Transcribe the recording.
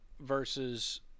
versus